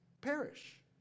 perish